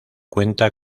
cuenta